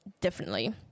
differently